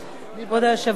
כבוד היושב-ראש,